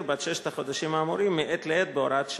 בת ששת החודשים האמורים מעת לעת בהוראת שעה.